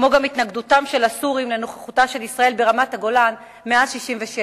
כמו גם התנגדותם של הסורים לנוכחותה של ישראל ברמת-הגולן מאז 1967,